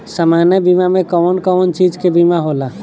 सामान्य बीमा में कवन कवन चीज के बीमा होला?